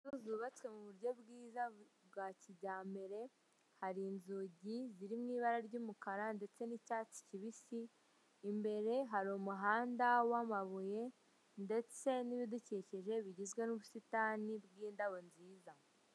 Umuhanda w'umukara uri kugendwamo n'imodoka ifite ibara ry'umweru ndetse n'ikinyabiziga gitwara abantu n'ibintu, hirya gato hari ibidukikije bigizwe n'amashyamba.